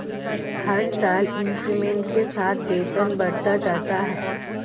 हर साल इंक्रीमेंट के साथ वेतन बढ़ता जाता है